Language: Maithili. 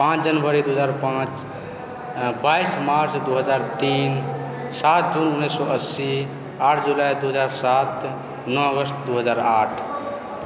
पाँच जनवरी दू हजार पाँच बाइस मार्च दू हजार तीन सात जून उन्नैस सए अस्सी आठ जुलाई दू हजार सात नओ अगस्त दू हजार आठ